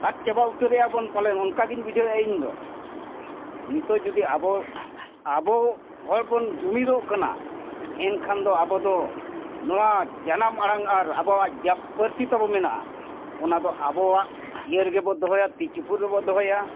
ᱟᱨ ᱪᱟᱵᱟ ᱩᱛᱟᱹᱨ ᱮᱫᱟᱵᱚᱱ ᱯᱟᱞᱮᱱ ᱚᱱᱠᱟᱜᱮᱧ ᱵᱩᱡᱷᱟᱹᱣ ᱮᱫᱼᱟ ᱤᱧᱫᱚ ᱱᱤᱛᱳᱜ ᱡᱩᱫᱤ ᱟᱵᱚ ᱟᱵᱚ ᱦᱚᱲ ᱵᱚᱱ ᱡᱩᱢᱤᱫᱚᱜ ᱠᱟᱱᱟ ᱮᱱᱠᱷᱟᱱ ᱫᱚ ᱟᱵᱚ ᱫᱚ ᱱᱚᱣᱟ ᱡᱟᱱᱟᱢ ᱟᱲᱟᱝ ᱟᱨ ᱟᱵᱚᱣᱟᱜ ᱯᱟᱹᱨᱥᱤ ᱛᱟᱵᱚ ᱢᱮᱱᱟᱜᱼᱟ ᱚᱱᱟ ᱫᱚ ᱟᱵᱚᱣᱟᱜ ᱤᱭᱟᱹ ᱨᱮᱜᱮᱵᱚ ᱫᱚᱦᱚᱭᱟ ᱛᱤ ᱪᱩᱯᱩᱫ ᱨᱮᱵᱚ ᱫᱚᱦᱚᱭᱟ